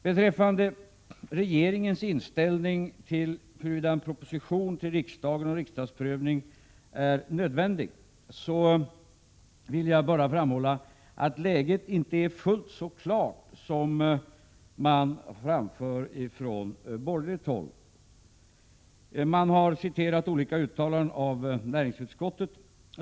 Beträffande regeringens inställning till huruvida en proposition till riksdagen och en riksdagsprövning är nödvändiga vill jag bara framhålla att läget inte är fullt så klart som framförs från borgerligt håll. Här har citerats olika uttalanden av näringsutskottet.